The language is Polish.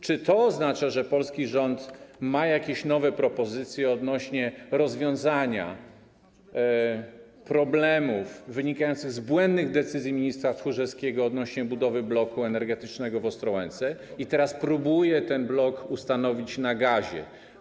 Czy to oznacza, że polski rząd ma jakieś nowe propozycje odnośnie do rozwiązania problemów wynikających z błędnych decyzji ministra Tchórzewskiego co do budowy bloku energetycznego w Ostrołęce i teraz próbuje ten blok ustanowić na gazie?